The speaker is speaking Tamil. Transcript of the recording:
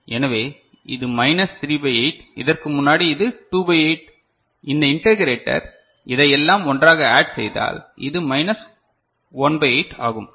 எனவே இது மைனஸ் 3 பை 8 இதற்கு முன்னாடி இது 2 பை 8 இந்த இன்டெக்கரேட்டர் இதையெல்லாம் ஒன்றாக ஆட் செய்தால் இது மைனஸ் 1 பை 8 ஆகும்